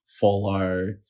follow